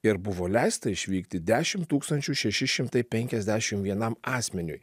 ir buvo leista išvykti dešimt tūkstančių šešiems šimtams penkiasdešimt vienam asmeniui